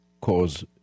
cause